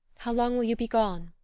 how long will you be gone?